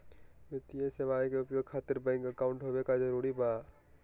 वित्तीय सेवाएं के उपयोग खातिर बैंक अकाउंट होबे का जरूरी बा?